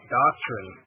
doctrine